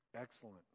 Excellent